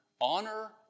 honor